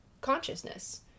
consciousness